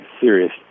serious